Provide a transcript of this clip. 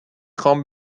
خوام